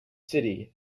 city